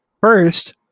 First